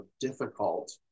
difficult